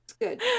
good